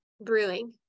brewing